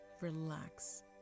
relax